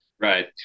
Right